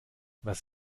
was